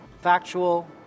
factual